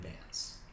bands